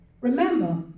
remember